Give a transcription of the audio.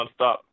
nonstop